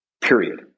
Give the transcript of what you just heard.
period